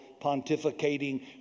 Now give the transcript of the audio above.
pontificating